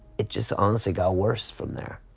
it just honestly got worse from there.